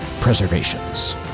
Preservations